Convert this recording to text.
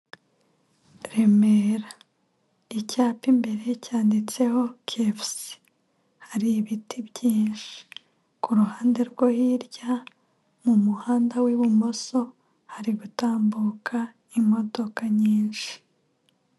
Remera icyapa imbere cyanditseho kevese, hari ibiti byinshi ku ruhande rwo hirya mu muhanda w'ibumoso hari gutambuka imodoka nyinshi.